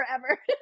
forever